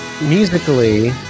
Musically